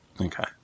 Okay